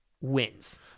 wins